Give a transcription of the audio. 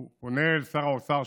הוא פונה לשר האוצר,